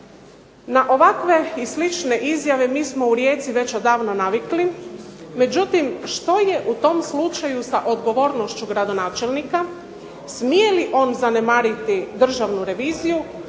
Na ovakve i slične izjave mi smo u Rijeci već odavno navikli međutim, što je u tom slučaju sa odgovornošću gradonačelnika, smije li on zanemariti Državnu reviziju,